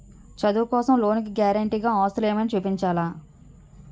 చదువు కోసం లోన్ కి గారంటే గా ఆస్తులు ఏమైనా చూపించాలా?